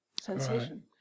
sensation